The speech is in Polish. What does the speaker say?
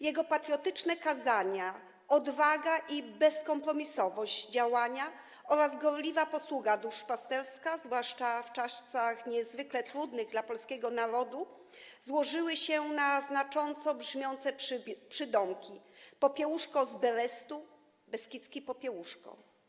Jego patriotyczne kazania, odwaga i bezkompromisowość działania oraz gorliwa posługa duszpasterska, zwłaszcza w czasach niezwykle trudnych dla polskiego narodu, złożyły się na znacząco brzmiące przydomki: Popiełuszko z Berestu, beskidzki Popiełuszko.